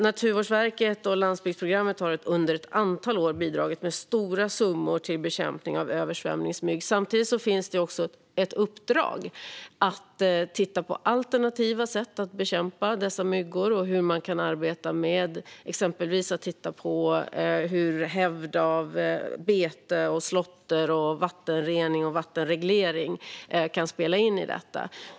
Naturvårdsverket och landsbygdsprogrammet har under ett antal år bidragit med stora summor för bekämpning av översvämningsmygg. Samtidigt finns det ett uppdrag att titta på alternativa sätt att bekämpa dessa myggor, exempelvis genom att titta på hur hävd med bete och slåtter, vattenrening och vattenreglering kan spela in.